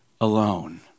alone